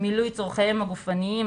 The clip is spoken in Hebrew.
מילוי צורכיהם הגופניים,